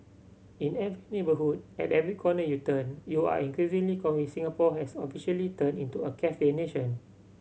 in every neighbourhood at every corner you turn you are increasingly convinced Singapore has officially turned into a cafe nation